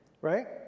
right